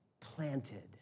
planted